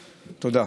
תודה.